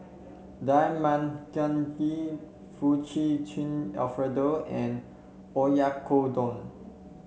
Dal Makhani Fettuccine Alfredo and Oyakodon